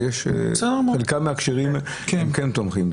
חלק מהכשרים כן תומכים,